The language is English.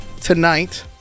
tonight